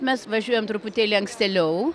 mes važiuojam truputėlį ankstėliau